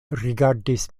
rigardis